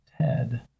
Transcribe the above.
TED